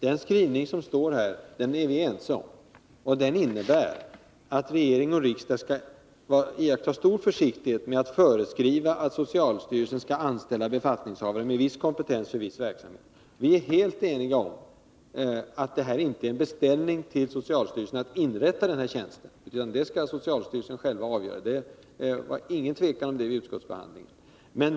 Den skrivning som står här är vi ense om, och den innebär att regering och riksdag skall iaktta stor försiktighet med att föreskriva att socialstyrelsen skall anställa befattningshavare med viss kompetens för viss verksamhet. Vi är helt eniga om att det här inte är en beställning till socialstyrelsen att inrätta tjänsten, utan det skall socialstyrelsen själv avgöra. Det rådde ingen tvekan om det vid utskottsbehandlingen.